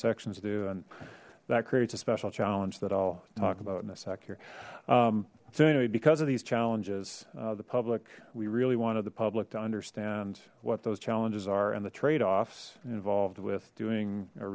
intersections do and that creates a special challenge that i'll talk about in a sec here soon anyway because of these challenges the public we really wanted the public to understand what those challenges are and the trade offs involved with doing a